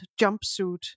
jumpsuit